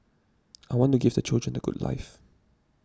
I want to give the children a good life